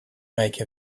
make